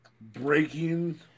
Breaking